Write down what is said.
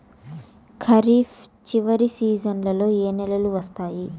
ఖరీఫ్ చివరి సీజన్లలో ఏ నెలలు వస్తాయి?